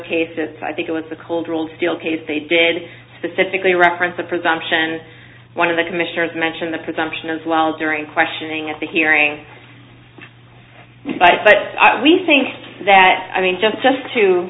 case they did specifically reference the presumption one of the commissioners mentioned the presumption as well during questioning at the hearing but we think that i mean just just to